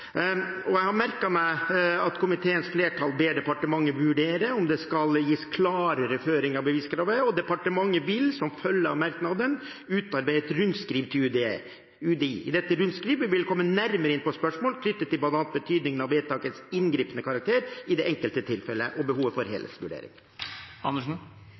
Jeg har merket meg at komiteens flertall ber departementet vurdere om det skal gis klarere føringer for beviskravet. Departementet vil som følge av merknaden utarbeide et rundskriv til UDI. I dette rundskrivet vil vi komme nærmere inn på spørsmål knyttet til bl.a. betydningen av vedtakets inngripende karakter i det enkelte tilfellet og behovet for